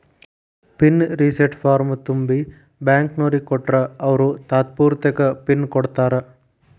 pin reset ಫಾರ್ಮ್ನ ತುಂಬಿ ಬ್ಯಾಂಕ್ನೋರಿಗ್ ಕೊಟ್ರ ಅವ್ರು ತಾತ್ಪೂರ್ತೆಕ ಪಿನ್ ಕೊಡ್ತಾರಾ